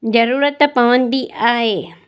ज़रूरत पवंदी आहे